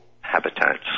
habitats